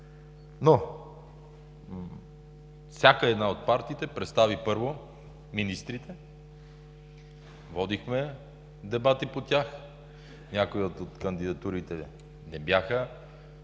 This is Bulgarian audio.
Всяка от партиите представи първо министрите, водихме дебати по тях – някои от кандидатурите не бяха